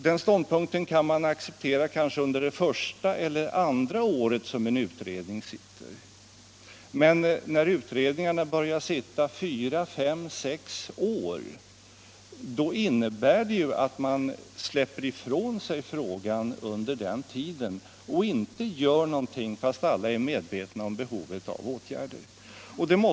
Den ståndpunkten kan måhända accepteras under det första eller andra året en utredning sitter, men när utredningarna börjar sitta fyra, fem eller sex år innebär det ju att man släpper ifrån sig frågan under den tiden och inte gör någonting, fast alla är medvetna om behovet av åtgärder.